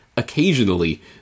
Occasionally